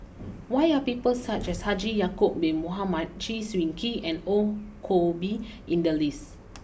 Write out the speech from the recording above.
why are people such as Haji Ya Acob Bin Mohamed Chew Swee Kee and Ong Koh Bee in the list